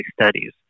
studies